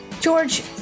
George